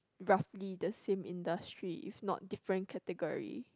roughly the same industry if not different category